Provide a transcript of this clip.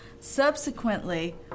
Subsequently